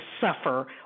suffer